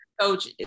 coach